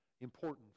important